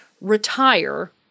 retire